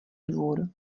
dvůr